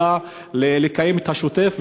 אלא לקיים את השוטף.